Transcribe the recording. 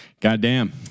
Goddamn